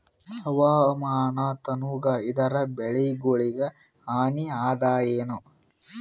ಹವಾಮಾನ ತಣುಗ ಇದರ ಬೆಳೆಗೊಳಿಗ ಹಾನಿ ಅದಾಯೇನ?